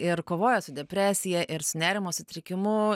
ir kovoja su depresija ir su nerimo sutrikimu